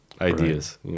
ideas